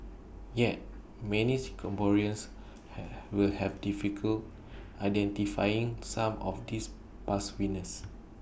yet many Singaporeans will have difficult identifying some of these past winners